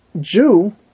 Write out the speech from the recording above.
Jew